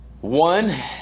One